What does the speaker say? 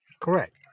Correct